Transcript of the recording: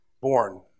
born